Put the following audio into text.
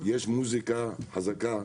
יש מוזיקה חזקה,